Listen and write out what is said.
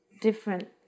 different